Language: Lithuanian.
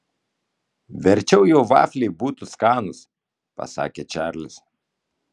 verčiau jau vafliai būtų skanūs pasakė čarlis